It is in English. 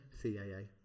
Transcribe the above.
CIA